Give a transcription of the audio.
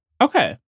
Okay